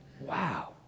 wow